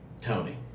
Tony